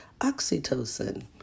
oxytocin